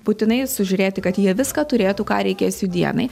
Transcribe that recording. būtinai sužiūrėti kad jie viską turėtų ką reikės jų dienai